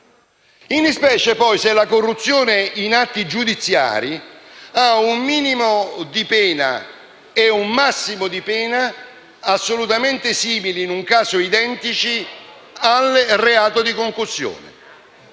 in specie, poi, se la corruzione in atti giudiziari ha un minimo e un massimo di pena assolutamente simili, e in un caso identici, al reato di concussione.